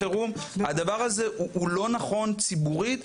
אנחנו עוקבים גם אחרי התחלואה שיש בבני